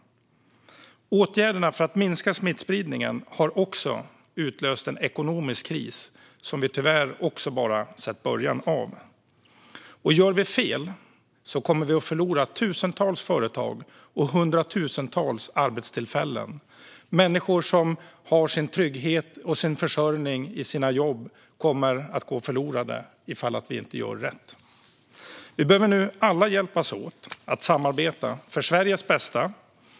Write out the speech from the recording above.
Åtgärderna för att minska smittspridningen har också utlöst en ekonomisk kris som vi tyvärr bara sett början av. Gör vi fel kommer vi att förlora tusentals företag och hundratusentals arbetstillfällen. Människor har sin trygghet och sin försörjning i sina jobb, som kommer att gå förlorade ifall vi inte gör rätt. Vi behöver nu alla hjälpas åt att samarbeta för Sveriges bästa.